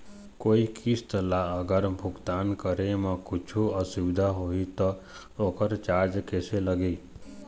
कोई किस्त ला अगर भुगतान करे म कुछू असुविधा होही त ओकर चार्ज कैसे लगी?